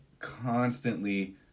constantly